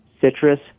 citrus